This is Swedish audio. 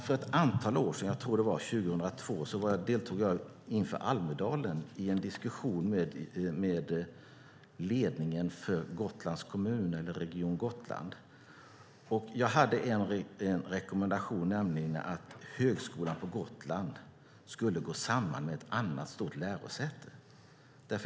För ett antal år sedan - jag tror att det var 2002 - deltog jag inför Almedalsveckan i en diskussion med ledningen för Gotlands kommun eller Region Gotland. Jag hade en rekommendation, nämligen att Högskolan på Gotland skulle gå samman med ett annat stort lärosäte.